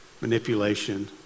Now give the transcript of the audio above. manipulation